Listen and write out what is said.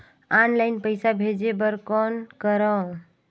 Online पईसा भेजे बर कौन करव?